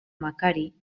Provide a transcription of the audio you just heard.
macari